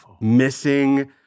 missing